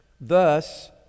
thus